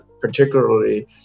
particularly